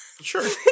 Sure